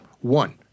One